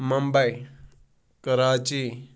Mumbai Karachi